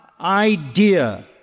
idea